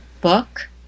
book